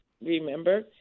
Remember